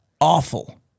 awful